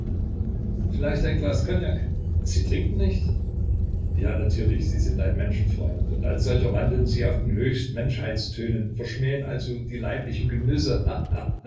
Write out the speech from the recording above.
vielleicht ein glas kognak sie trinken nicht ja natürlich sie sind ein menschenfreund und als solcher wandeln sie auf den höchsten menschheitshöhen verschmähen also die leiblichen genüsse